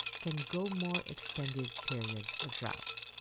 can go more extended periods of drought.